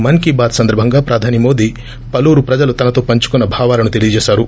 మన్ కీ బాత్ సందర్బంగా ప్రధాని మోదీ పలువురు ప్రజలు తనతో పంచుకున్న భావాలను తెలియజేశారు